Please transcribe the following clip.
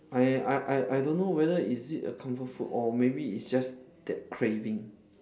I I I I don't know whether is it a comfort food or maybe it's just that craving